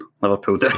Liverpool